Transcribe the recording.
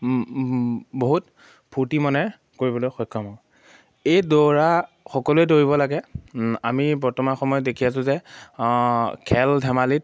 বহুত ফূৰ্তি মনে কৰিবলৈ সক্ষম আৰু এই দৌৰা সকলোৱে দৌৰিব লাগে আমি বৰ্তমান সময়ত দেখি আছোঁ যে খেল ধেমালিত